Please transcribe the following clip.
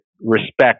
respect